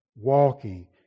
Walking